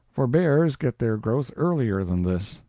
for bears get their growth earlier than this.